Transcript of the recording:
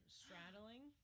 straddling